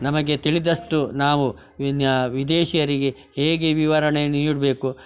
ನಮಗೆ ತಿಳಿದಷ್ಟು ನಾವು ವಿದೇಶಿಯರಿಗೆ ಹೇಗೆ ವಿವರಣೆ ನೀಡಬೇಕು